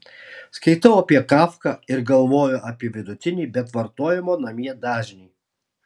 skaitau apie kafką ir galvoju apie vidutinį bet vartojimo namie dažnį